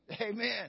Amen